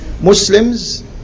Muslims